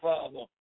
Father